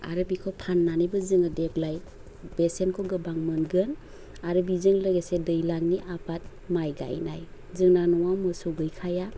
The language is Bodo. आरो बेखौ फान्नानैबो जोङो देग्लाय बेसेनखौ गोबां मोनगोन आरो बेजों लोगोसे दैलांनि आबाद माय गायनाय जोंना न'वाव मोसौ गैखाया